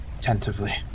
tentatively